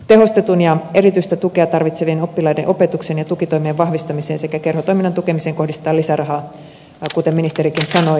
tehostettua ja erityistä tukea tarvitsevien oppilaiden opetuksen ja tukitoimien vahvistamiseen sekä kerhotoiminnan tukemiseen kohdistetaan lisärahaa kuten ministerikin sanoi